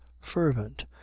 fervent